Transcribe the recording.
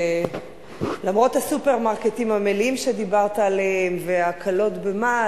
למרות הסופרמרקטים המלאים שדיברת עליהם וההקלות במס,